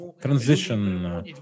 transition